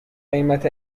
قیمت